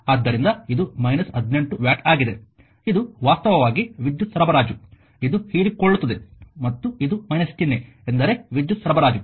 ಆದ್ದರಿಂದ ಇದು 18 ವ್ಯಾಟ್ ಆಗಿದೆ ಇದು ವಾಸ್ತವವಾಗಿ ವಿದ್ಯುತ್ ಸರಬರಾಜು ಇದು ಹೀರಿಕೊಳ್ಳುತ್ತದೆ ಮತ್ತು ಇದು ಚಿಹ್ನೆ ಎಂದರೆ ವಿದ್ಯುತ್ ಸರಬರಾಜು